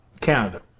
Canada